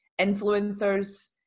influencers